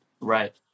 Right